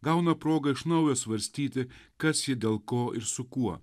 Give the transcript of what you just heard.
gauna progą iš naujo svarstyti kas jį dėl ko ir su kuo